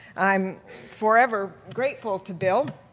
i'm forever grateful to bill